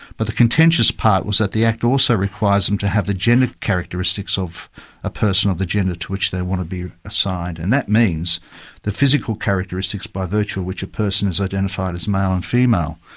but the contentious part was that the act also requires them to have the gender characteristics of a person of the gender to which they want to be assigned. and that means the physical characteristics by virtue of which a person is identified as male and female.